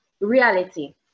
reality